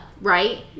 right